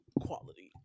quality